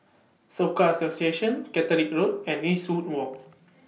Soka Association Caterick Road and Eastwood Walk